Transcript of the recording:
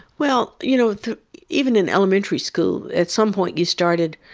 well you know even in elementary school at some point you started,